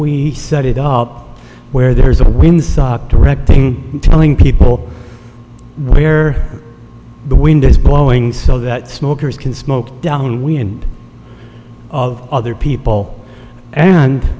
we set it up where there is a directing telling people where the wind is blowing so that smokers can smoke downwind of other people and